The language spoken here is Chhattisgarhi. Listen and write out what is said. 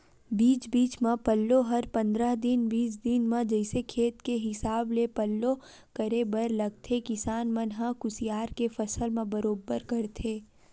बीच बीच म पल्लो हर पंद्रह दिन बीस दिन म जइसे खेत के हिसाब ले पल्लो करे बर लगथे किसान मन ह कुसियार के फसल म बरोबर करथे